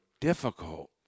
difficult